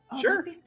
Sure